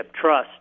trust